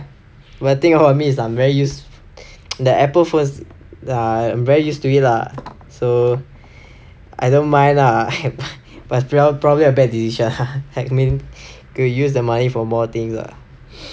ya but the thing about me is I'm very used the apple first err very used to it lah so I don't mind lah but well probably a bad decision ah I mean could use the money for more things lah